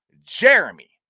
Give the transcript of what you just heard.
Jeremy